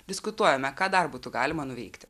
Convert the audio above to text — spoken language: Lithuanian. diskutuojame ką dar būtų galima nuveikti